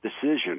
decision